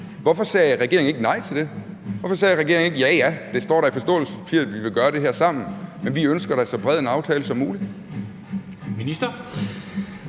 Hvorfor sagde regeringen ikke nej til det? Hvorfor sagde regeringen ikke: Ja, ja, det står der i forståelsespapiret at vi ville gøre sammen, men vi ønsker da så bred en aftale som muligt?